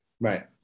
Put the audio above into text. Right